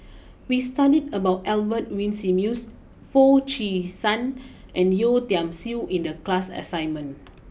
we studied about Albert Winsemius Foo Chee San and Yeo Tiam Siew in the class assignment